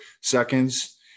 seconds